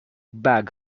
bag